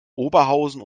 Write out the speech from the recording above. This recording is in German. oberhausen